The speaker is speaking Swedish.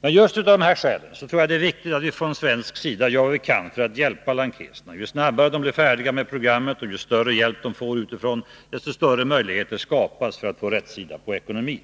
Men just av dessa skäl tror jag att det är riktigt att vi från svensk sida gör vad vi kan för att hjälpa lankeserna. Ju snabbare de blir färdiga med programmet och ju större hjälp de får utifrån, desto större möjligheter skapas för att de skall få rätsida på ekonomin.